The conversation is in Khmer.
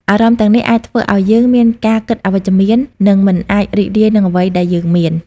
អារម្មណ៍ទាំងនេះអាចធ្វើឱ្យយើងមានការគិតអវិជ្ជមាន និងមិនអាចរីករាយនឹងអ្វីដែលយើងមាន។